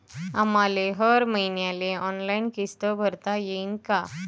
आम्हाले हर मईन्याले ऑनलाईन किस्त भरता येईन का?